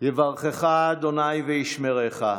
יברכך ה' וישמרך.